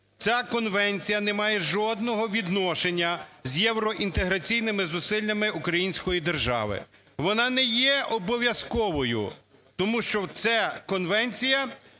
ця конвенція не має жодного відношення з євроінтеграційними зусиллями української держави, вона не є обов'язковою, тому що ця конвенція